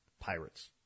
pirates